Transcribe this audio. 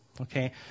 Okay